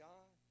God